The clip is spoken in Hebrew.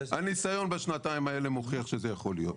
הניסיון בשנתיים האלה מוכיח שזה יכול להיות.